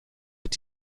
wird